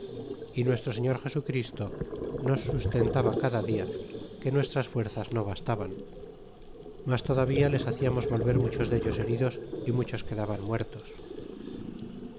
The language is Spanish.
y nuestro señor jesu christo nos sustentaba cada dia que nuestras fuerzas no bastaban mas todavía les haciamos volver muchos dellos herido y muchos quedaban muertos